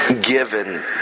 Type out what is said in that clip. given